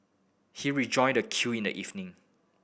he rejoined the queue in the evening